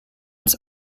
ins